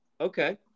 Okay